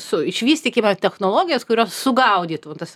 su išvystykime technologijas kurios sugaudytų tas